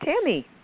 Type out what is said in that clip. Tammy